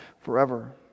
forever